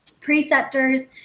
preceptors